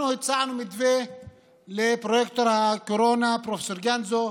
אנחנו הצענו מתווה לפרויקטור הקורונה פרופ' גמזו,